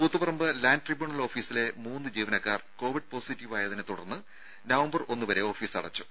Koothuparamba land tribunal ഓഫീസിലെ മൂന്ന് ജീവനക്കാർ കോവിഡ് പോസിറ്റീവായതിനെ തുടർന്ന് നവംബർ ഒന്നുവരെ ഓഫീസ് അടച്ചു